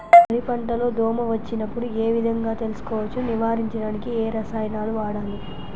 వరి పంట లో దోమ వచ్చినప్పుడు ఏ విధంగా తెలుసుకోవచ్చు? నివారించడానికి ఏ రసాయనాలు వాడాలి?